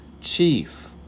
chief